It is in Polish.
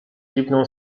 dziwną